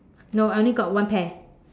no I only got one pair